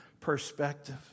perspective